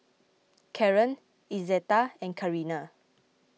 Karren Izetta and Carina